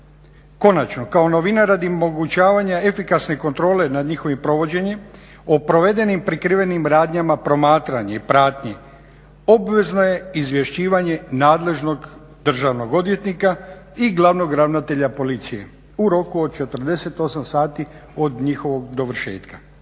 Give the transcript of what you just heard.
Konačno, kao novina radi omogućavanja efikasne kontrole nad njihovim provođenjem, o provedenim prikrivenim radnjama promatranja i pratnje obvezno je izvješćivanje nadležnog državnog odvjetnika i glavnog ravnatelja policije u roku od 48 sati od njihovog dovršetka.